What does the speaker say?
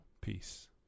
Peace